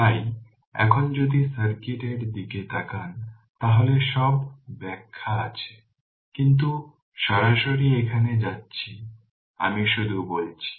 তাই এখন যদি সার্কিট এর দিকে তাকান তাহলে সব ব্যাখ্যা আছে কিন্তু সরাসরি এখানে যাচ্ছে আমি শুধু বলেছি